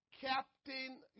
captain